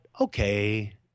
okay